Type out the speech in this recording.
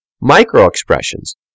micro-expressions